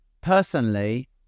personally